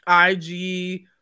IG